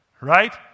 Right